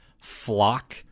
flock